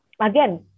again